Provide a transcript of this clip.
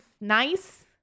nice